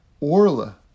Orla